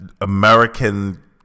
American